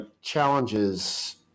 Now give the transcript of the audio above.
challenges